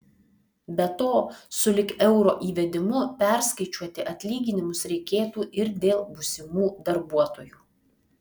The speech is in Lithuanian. be to sulig euro įvedimu perskaičiuoti atlyginimus reikėtų ir dėl būsimų darbuotojų